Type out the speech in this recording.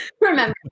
remember